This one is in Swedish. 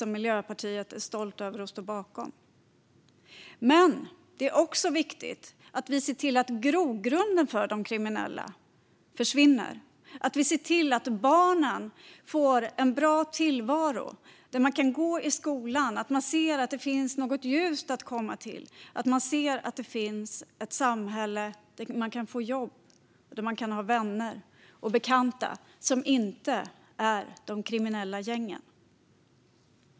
Miljöpartiet är stolt över att stå bakom denna politik. Det är också viktigt att vi ser till att grogrunden för de kriminella försvinner och att vi ser till att barn får en bra tillvaro, kan gå i skolan och se att det finns ett ljus och ett samhälle där man kan få jobb och ha vänner och bekanta som inte är de kriminella gängen.